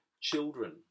children